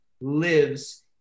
lives